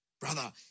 Brother